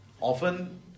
often